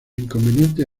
inconvenientes